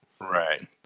Right